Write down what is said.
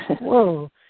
whoa